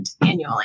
annually